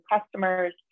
customers